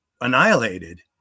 Annihilated